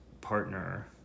partner